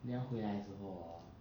要回来之后 hor